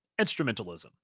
instrumentalism